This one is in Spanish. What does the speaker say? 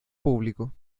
público